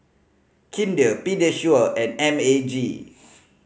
Kinder Pediasure and M A G